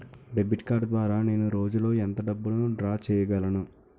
Debit card ద్వారా నేను రోజు లో ఎంత డబ్బును డ్రా చేయగలను?